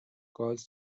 گاز